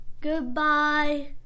Goodbye